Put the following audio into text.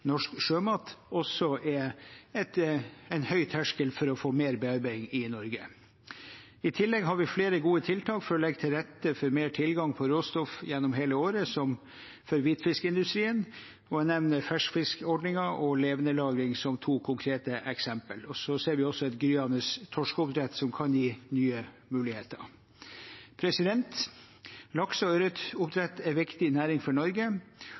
norsk sjømat også er en høy terskel for å få mer bearbeiding i Norge. I tillegg har vi flere gode tiltak for å legge til rette for bedre tilgang på råstoff gjennom hele året for hvitfiskindustrien. Jeg nevner ferskfiskordningen og levendelagring som to konkrete eksempler. Vi ser også et gryende torskeoppdrett, som kan gi nye muligheter. Lakse- og ørretoppdrett er en viktig næring for Norge,